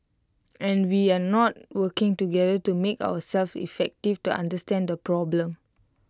and we are not working together to make ourselves effective to understand the problem